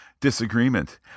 Disagreement